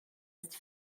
ist